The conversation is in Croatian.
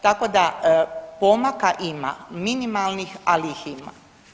Tako da pomaka ima, minimalnih ali ih ima.